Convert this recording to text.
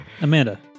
Amanda